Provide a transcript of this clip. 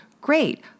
Great